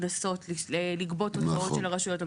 קנסות לגבות הוצאות של רשויות מקומיות.